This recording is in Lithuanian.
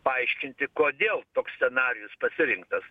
paaiškinti kodėl toks scenarijus pasirinktas